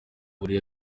buriri